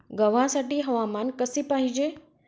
गव्हासाठी हवामान कसे पाहिजे?